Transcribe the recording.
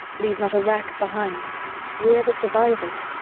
leave not a rack behind we're the survivors.